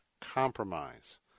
compromise